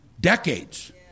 decades